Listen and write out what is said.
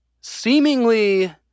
seemingly